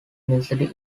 university